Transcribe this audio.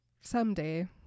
someday